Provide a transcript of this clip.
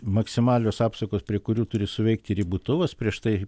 maksimalios apsukos prie kurių turi suveikti ribotuvas prieš tai